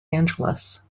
angeles